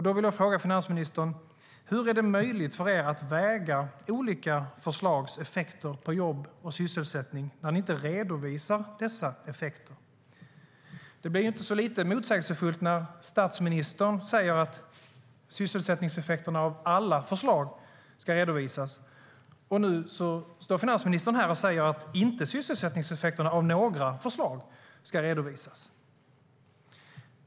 Då vill jag fråga finansministern: Hur är det möjligt för er att väga olika förslags effekter på jobb och sysselsättning när ni inte redovisar dessa effekter? Det blir ju inte så lite motsägelsefullt när statsministern säger att sysselsättningseffekterna av alla förslag ska redovisas och finansministern nu står här och säger att sysselsättningseffekterna inte ska redovisas av några förslag. Herr talman!